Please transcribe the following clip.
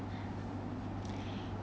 因为